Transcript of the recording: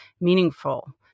meaningful